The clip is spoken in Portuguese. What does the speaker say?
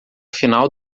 final